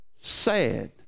sad